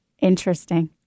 Interesting